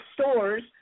stores